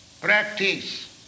practice